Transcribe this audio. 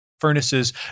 Furnaces